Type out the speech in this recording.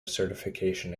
certification